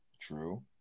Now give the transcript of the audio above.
True